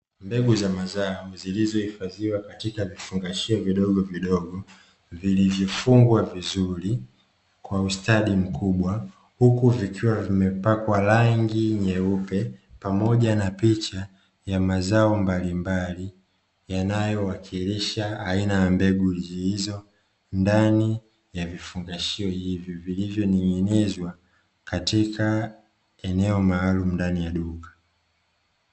Mbegu za mazao zilizohifadhiwa katika vifungashio vidogovidogo, vilivyofungwa vizuri kwa ustadi mkubwa, huku vikiwa vimepakwa rangi nyeupe pamoja na picha ya mazao mbalimbali, yanayowakilisha aina ya mbegu hizo ndani ya vifungashio hivyo, vilivyoning'inizwa katika eneo maalumu ndani ya duka.